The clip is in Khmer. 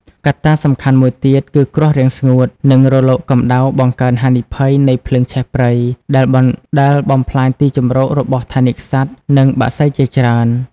កត្តាសំខាន់មួយទៀត គឺគ្រោះរាំងស្ងួត និងរលកកម្ដៅបង្កើនហានិភ័យនៃភ្លើងឆេះព្រៃ ដែលបំផ្លាញទីជម្រករបស់ថនិកសត្វ និងបក្សីជាច្រើន។